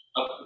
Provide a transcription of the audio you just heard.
up